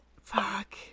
Fuck